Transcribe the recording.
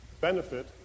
Benefit